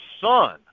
son